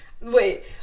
wait